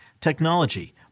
technology